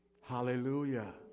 Hallelujah